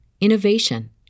innovation